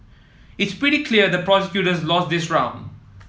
it's pretty clear the prosecutors lost this round